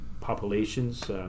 populations